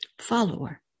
follower